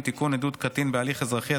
עדות קטין בהליך אזרחי),